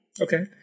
Okay